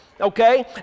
okay